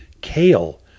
kale